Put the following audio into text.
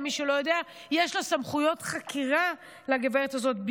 למי שלא יודע: יש סמכויות חקירה לגברת הזאת,